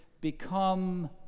become